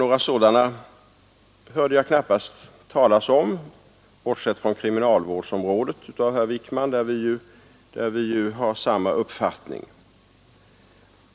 Några sådana hörde jag knappast herr Wijkman tala om, utom beträffande kriminalvårdsområdet, där vi ju har samma uppfattning.